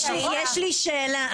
יש לי שאלה,